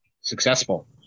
successful